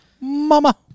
Mama